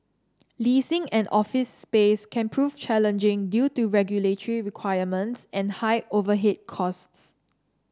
leasing an office space can prove challenging due to regulatory requirements and high overhead costs